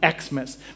Xmas